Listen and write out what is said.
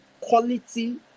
quality